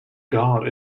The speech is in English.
god